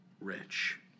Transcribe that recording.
rich